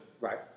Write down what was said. Right